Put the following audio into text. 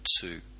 two